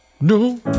No